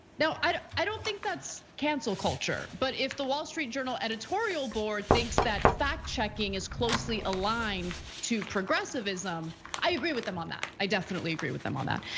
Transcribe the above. now, i don't think that's cancel culture. but if the wall street journal editorial board thinks that fact checking is closely aligned to progressivism, i agree with them on that. that. i definitely agree with them on that.